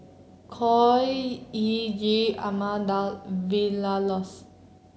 Khor Ee Ghee Ahmad Daud Vilma Laus